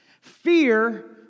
Fear